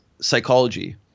psychology